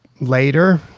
later